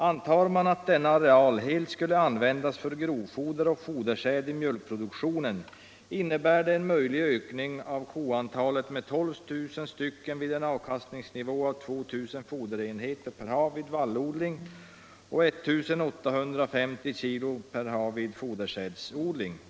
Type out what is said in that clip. Antar man att denna areal helt skulle användas för grovfoder och fodersäd i mjölkproduktionen innebär det en möjlig utökning av koantalet med 12 000 stycken vid en avkastningsnivå av 2 000 foderenheter ha vid fodersädsodling.